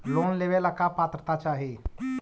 Loan लेवेला का पात्रता चाही?